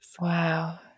Wow